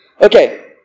Okay